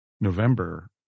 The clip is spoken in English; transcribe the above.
November